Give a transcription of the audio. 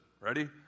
Ready